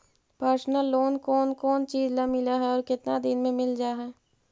Personal loan कोन कोन चिज ल मिल है और केतना दिन में मिल जा है?